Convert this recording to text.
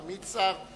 תמיד שר,